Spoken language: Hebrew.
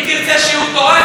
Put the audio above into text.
לא שכחתי, אל תדאג.